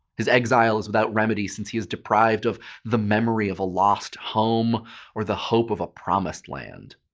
his exile is without remedy since he is deprived of the memory of a lost home or the hope of a promised land.